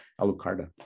Alucarda